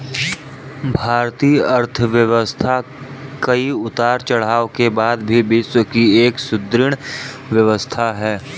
भारतीय अर्थव्यवस्था कई उतार चढ़ाव के बाद भी विश्व की एक सुदृढ़ व्यवस्था है